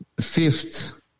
fifth